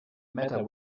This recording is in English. matter